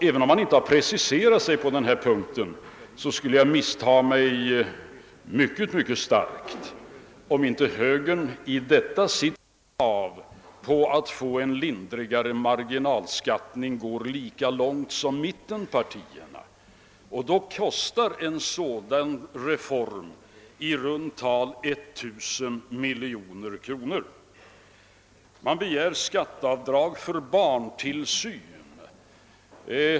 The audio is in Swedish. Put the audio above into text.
Även om man där inte har preciserat sig, skulle jag missta mig mycket om inte högern i sina krav på en lindrigare marginalskatt går lika långt som mittenpartierna, och då kostar en reform i den riktningen i runt tal 1 000 miljoner kronor. Vidare begär man skatteavdrag för barntillsyn.